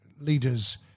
leaders